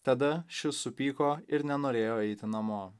tada šis supyko ir nenorėjo eiti namo